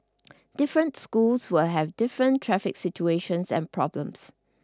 different schools will have different traffic situations and problems